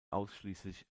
ausschließlich